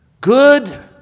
Good